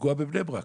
בפיגוע בבני ברק,